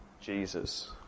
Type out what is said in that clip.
Jesus